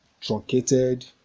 truncated